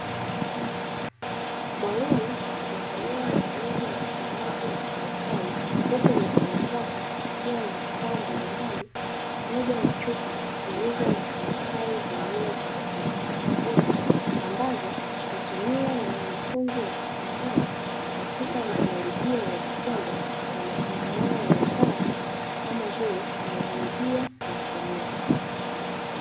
Mwalimu akiendelea na zoezi la upimaji wa kemikali, huku mezani kwake kukiwa na vifaa mbalimbali pamoja na chupa zenye kemikali za aina tofautitofauti, ambazo hutumiwa na wanafunzi wa sekondari katika majaribio ya vitendo ya masomo yao ya sayansi, kama vile baiolojia na kemia